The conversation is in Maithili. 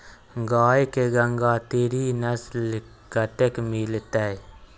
गाय के गंगातीरी नस्ल कतय मिलतै?